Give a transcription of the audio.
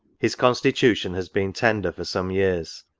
his constitution has been tender for some years